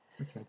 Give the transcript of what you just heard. Okay